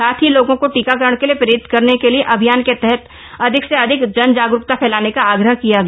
साथ ही लोगों को टीकाकरण के लिए प्रेरित करने के लिए अभियान के तहत अधिक से अधिक जन जागरूकता फैलाने का आग्रह किया गया